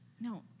No